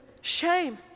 shame